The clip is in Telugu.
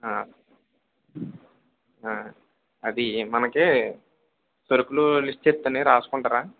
అది మనకి సరుకులు లిస్ట్ చెప్తాను రాసుకుంటారా